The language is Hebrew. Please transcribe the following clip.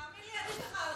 תאמין לי, עדיף לך.